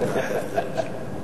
במקרה זה אתה